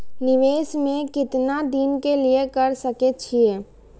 निवेश में केतना दिन के लिए कर सके छीय?